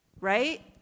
Right